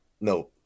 no